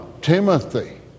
Timothy